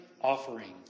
offering